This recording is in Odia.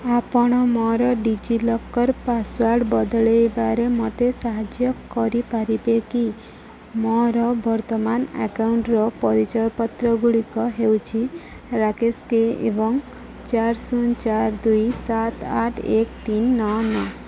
ଆପଣ ମୋର ଡିଜିଲକର୍ ପାସୱାର୍ଡ଼୍ ବଦଳାଇବାରେ ମୋତେ ସାହାଯ୍ୟ କରିପାରିବେ କି ମୋର ବର୍ତ୍ତମାନ ଆକାଉଣ୍ଟର ପରିଚୟପତ୍ରଗୁଡ଼ିକ ହେଉଛି ରାକେଶ କେ ଏବଂ ଚାରି ଶୂନ ଚାରି ଦୁଇ ସାତ ଆଠ ଏକେ ତିନି ନଅ ନଅ